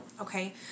okay